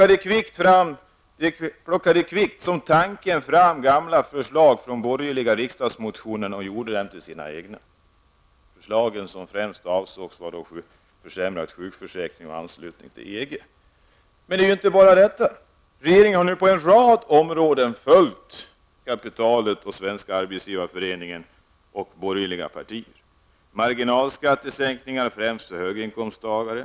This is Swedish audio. De plockade kvickt som tanken fram gamla förslag från borgerliga riksdagsmotioner och gjorde dem till sina egna.'' Men inte bara detta: regeringen har nu på en rad områden följt kapitalet, Svenska arbetsgivareföreningen och de borgerliga partierna. Marginalskattesänkningar har genomförts främst för höginkomsttagare.